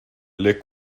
les